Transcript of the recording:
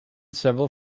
several